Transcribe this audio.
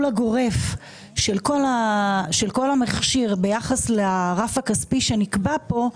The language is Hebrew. הגורף של כל המכשיר ביחס לרף הכספי שנקבע פה,